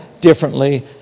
differently